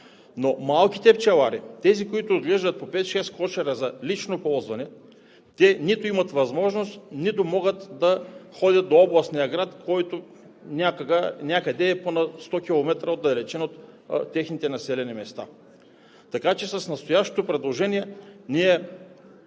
Но малките пчелари – тези, които отглеждат по пет-шест кошера за лично ползване, те нито имат възможност, нито могат да ходят до областния град, който някъде е отдалечен на по 100 км от населените им места. Така че с настоящото предложение ние